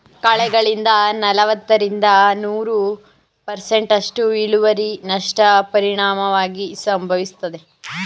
ಕಳೆಗಳಿಂದ ನಲವತ್ತರಿಂದ ನೂರು ಪರ್ಸೆಂಟ್ನಸ್ಟು ಇಳುವರಿನಷ್ಟ ಪರಿಣಾಮವಾಗಿ ಸಂಭವಿಸ್ತದೆ